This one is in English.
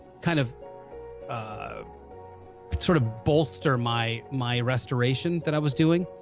kind of of sort of bolster my my restoration that i was doing.